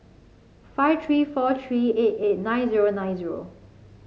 five three four three eight eight nine zero nine zero